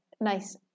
nice